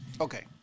Okay